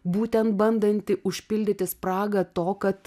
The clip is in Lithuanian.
būten bandanti užpildyti spragą to kad